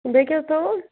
بیٚیہِ کیٛاہ حظ تھوٚوُ